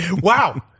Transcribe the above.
Wow